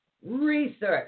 Research